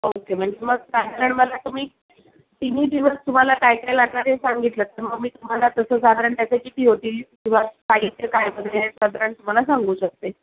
okay म्हणजे मग साधारण मला तुम्ही तिन्ही दिवस तुम्हाला काय काय लागणार आहे सांगितलंत तर मग मी तुम्हाला तसं साधारण त्याचे किती होतील किंवा काय साधारण तुम्हाला सांगू शकते